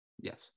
Yes